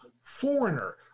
foreigner